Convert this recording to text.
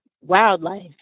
wildlife